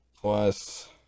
plus